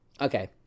Okay